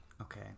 Okay